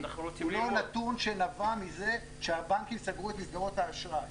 לא נתון שנבע מזה שהבנקים סגרו את מסגרות האשראי.